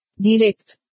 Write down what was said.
Direct